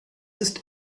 ist